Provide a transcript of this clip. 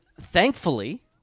thankfully